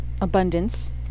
abundance